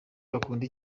bakunda